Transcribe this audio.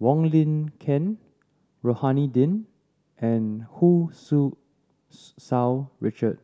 Wong Lin Ken Rohani Din and Hu Tsu Richard